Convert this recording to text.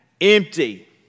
empty